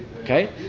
Okay